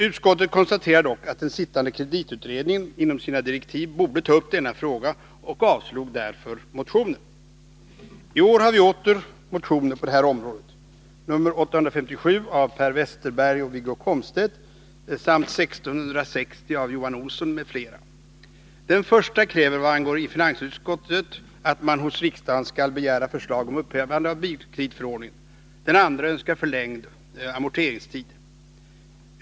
Utskottet konstaterade dock att den sittande kreditutredningen enligt sina direktiv borde ta upp denna fråga och avslog därför motionen. I år har vi åter motioner på detta område — nr 857 av Per Westerberg och Wiggo Komstedt samt 1660 av Johan Olsson m.fl. Den första kräver vad angår finansutskottet att man hos riksdagen skall begära förslag om upphävande av bilkreditförordningen. Den andra önskar förlängd amorteringstid.